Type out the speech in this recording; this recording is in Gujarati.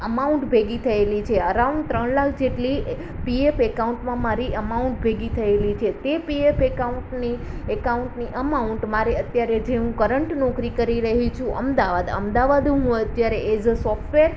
અમાઉન્ટ ભેગી થયેલી છે અરાઉન્ડ ત્રણ લાખ જેટલી પી એફ એકાઉન્ટમાં મારી અમાઉન્ટ ભેગી થયેલી છે તે પી એફ એકાઉન્ટની એકાઉન્ટની અમાઉન્ટ મારે અત્યારે જે હું કરંટ નોકરી કરી રહી છું અમદાવાદ અમદાવાદ હું અત્યારે એઝ અ સોફ્ટવેર